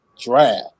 draft